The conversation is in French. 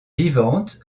vivantes